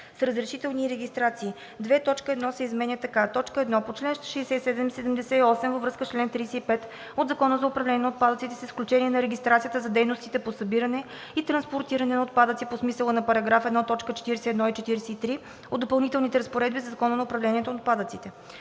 с „разрешителни и регистрации“. 2. Точка 1 се изменя така: „1. по чл. 67 и 78 във връзка с чл. 35 от Закона за управление на отпадъците с изключение на регистрацията за дейностите по събиране и транспортиране на отпадъци по смисъла на § 1, т. 41 и 43 от допълнителните разпоредби на Закона за управление на отпадъците;“.“